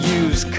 use